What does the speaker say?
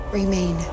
remain